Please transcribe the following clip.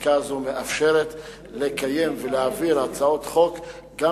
החקיקה הזאת מאפשרת לקיים ולהעביר הצעות חוק גם